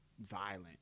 violent